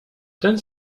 ten